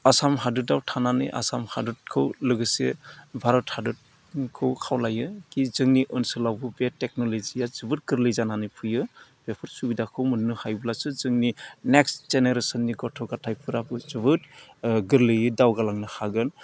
आसाम हादोरआव थानानै आसाम हादोरखौ लोगोसे भारत हादोरखौ खावलायो खि जोंनि ओनसोलावबो बे टेक्नल'जिया जोबोद गोरलै जानानै फैयो बेफोर सुबिदाखौ मोननो हायोब्लासो जोंनि नेकस्ट जेनेरेशननि गथ' गथाइफोराबो जोबोद गोरलैयै दावगालांनो हागोन